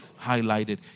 highlighted